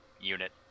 unit